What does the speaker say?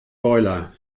boiler